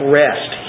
rest